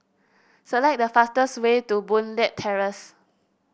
select the fastest way to Boon Leat Terrace